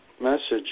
message